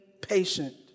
patient